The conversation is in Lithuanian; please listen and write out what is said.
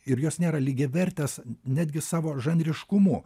ir jos nėra lygiavertės netgi savo žanriškumu